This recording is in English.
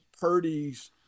Purdy's